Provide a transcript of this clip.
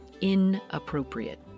Inappropriate